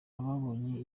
ababonye